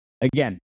Again